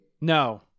No